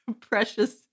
precious